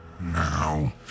Now